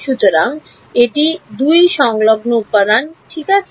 সুতরাং এটি 2 সংলগ্ন উপাদান ঠিক আছে